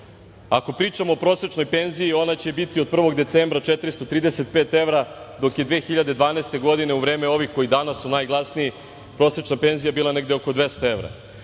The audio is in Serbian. pričamo o prosečnoj penziji, ona će biti od 1. decembra 435 evra, dok je 2012. godine u vreme ovih koji su danas najglasniji prosečna penzije je bila negde oko 200 evra.